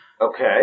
Okay